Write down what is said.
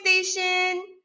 Station